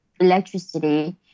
electricity